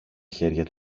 χέρια